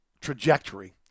trajectory